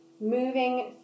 moving